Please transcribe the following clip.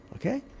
okay?